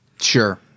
Sure